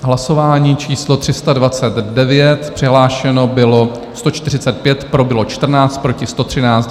Hlasování číslo 329, přihlášeno bylo 145, pro bylo 14, proti 113.